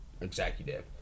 executive